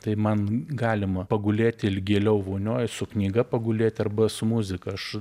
tai man galima pagulėti ilgėliau vonioj su knyga pagulėti arba su muzika aš